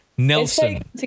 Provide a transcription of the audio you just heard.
Nelson